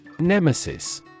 nemesis